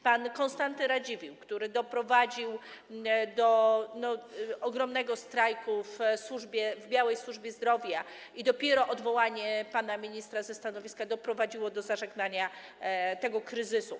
Pan Konstanty Radziwiłł, który doprowadził do ogromnego strajku w białej służbie zdrowia i dopiero odwołanie pana ministra ze stanowiska doprowadziło do zażegnania tego kryzysu.